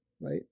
Right